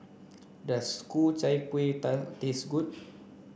does Ku Chai Kuih taste good